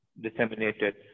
disseminated